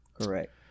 correct